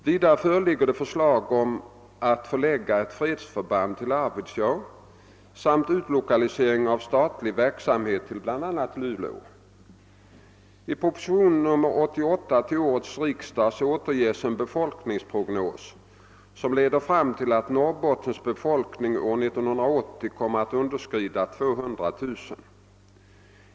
Vidare föreligger det förslag om att förlägga ett fredsförband till Arvidsjaur samt om utlokalisering av statlig verksamhet till bl.a. Luleå. ning år 1980 kommer att underskrida 200 000.